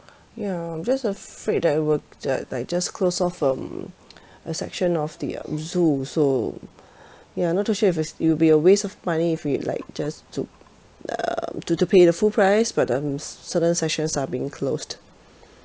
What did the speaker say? ya I'm just afraid that would that like just close off um a section of the um zoo so ya not too sure if it'll be a waste of money if we like just to um to to pay the full price but um certain sessions are being closed